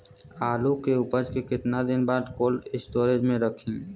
आलू के उपज के कितना दिन बाद कोल्ड स्टोरेज मे रखी?